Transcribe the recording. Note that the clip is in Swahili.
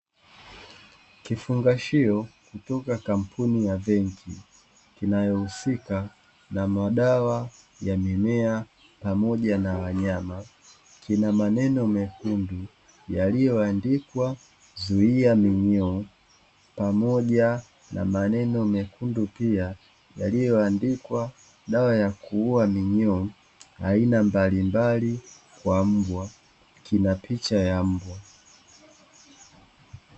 Kufungashiyo kutoka kampuni ya Zenji" inayohusika na madawa ya mimea pamoja na wanyama, kina maneno mekundu yaliyoandikwa "zuia minyoo" pamoja na maneno mekundu pia yaliyoandikwa "dawa ya kuua minyoo aina mbalimbali kwa mbwa. Kina picha ya mbwa.